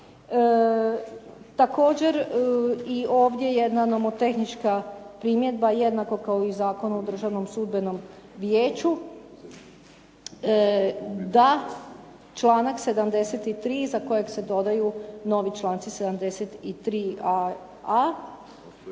Također, i ovdje jedna nomotehnička primjedba jednako kao i Zakon o Državnom sudbenom vijeću da članak 73. iza kojeg se dodaju novi članci 73.a